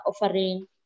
offering